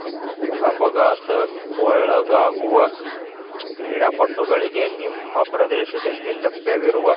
ಅಪಘಾತ ಒಳಗಾಗುವ ಕ್ರೀಡಾಪಟುಗಳಿಗೆ ನಿಮ್ಮ ಪ್ರದೇಶದಲ್ಲಿ ಲಭ್ಯವಿರುವ